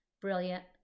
brilliant